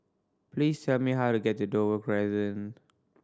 please tell me how to get to Dover Crescent